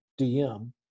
DM